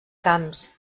camps